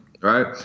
right